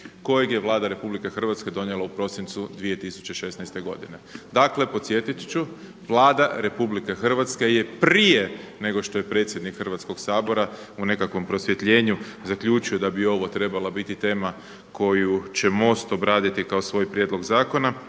kojeg je Vlada Republike Hrvatske donijela u prosincu 2016. godine. Dakle, podsjetit ću, Vlada Republike Hrvatske je prije nego što je predsjednik Hrvatskoga sabora u nekakvom prosvjetljenju zaključio da bi ovo trebala biti tema koju će Most obraditi kao svoj prijedlog zakona